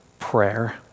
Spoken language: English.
prayer